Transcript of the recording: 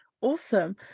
Awesome